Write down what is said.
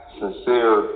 sincere